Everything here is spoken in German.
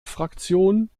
fraktion